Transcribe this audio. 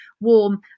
warm